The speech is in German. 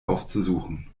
aufzusuchen